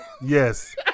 Yes